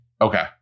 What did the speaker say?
Okay